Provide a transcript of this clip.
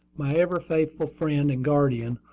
my ever faithful friend and guardian,